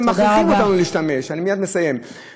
ומכריחים אותנו להשתמש בשורשים,